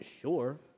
Sure